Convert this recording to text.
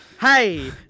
Hey